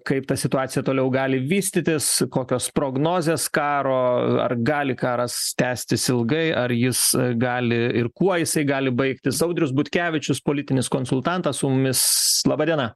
kaip ta situacija toliau gali vystytis kokios prognozės karo ar gali karas tęstis ilgai ar jis gali ir kuo jisai gali baigtis audrius butkevičius politinis konsultantas su mumis laba diena